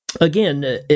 again